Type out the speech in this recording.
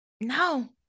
No